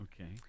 Okay